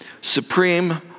supreme